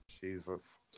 Jesus